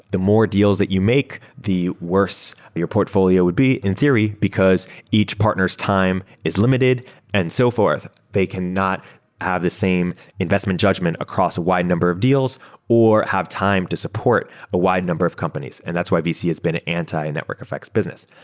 the more deals that you make, the worse your portfolio would be in theory, because each partner's time is limited and so forth. they cannot have the same investment judgment across a wide number of deals or have time to support a wide number of companies. and that's why vc has been anti-networks effects business.